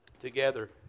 together